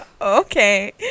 Okay